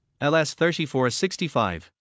LS3465